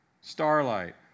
starlight